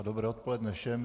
Dobré odpoledne všem.